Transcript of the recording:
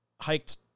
hiked –